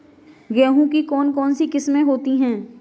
गेहूँ की कौन कौनसी किस्में होती है?